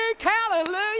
Hallelujah